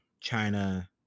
China